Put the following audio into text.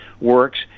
works